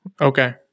Okay